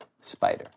spider